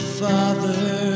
Father